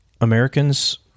Americans